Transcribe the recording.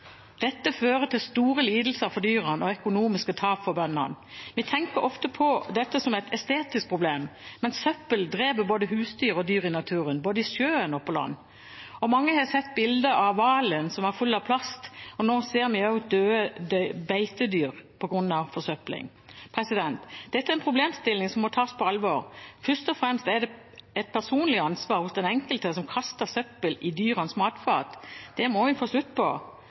Dette fører til store lidelser for dyrene og økonomiske tap for bøndene. Vi tenker ofte på dette som et estetisk problem, men søppel dreper både husdyr og dyr i naturen, både i sjøen og på land. Mange har sett bildet av hvalen som var full av plast, og nå ser vi også døde beitedyr på grunn av forsøpling. Dette er en problemstilling som må tas på alvor. Først og fremst er det et personlig ansvar hos den enkelte som kaster søppel i dyrenes matfat – det må vi få slutt på.